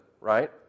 right